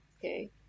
Okay